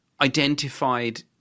identified